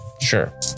Sure